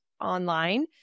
online